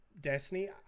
destiny